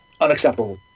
unacceptable